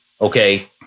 okay